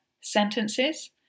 sentences